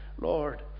Lord